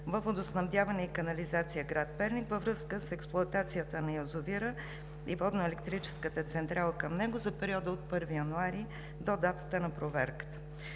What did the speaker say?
„Водоснабдяване и канализация“ – град Перник, във връзка с експлоатацията на язовира и Водноелектрическата централа към него за периода от 1 януари до датата на проверката.